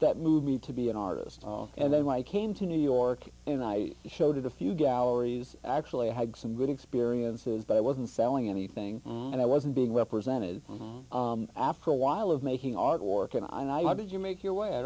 that moved me to be an artist and then when i came to new york and i showed it a few galleries i actually had some good experiences but i wasn't selling anything and i wasn't being represented from after a while of making odd wark and i did you make your way i